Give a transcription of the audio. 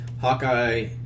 Hawkeye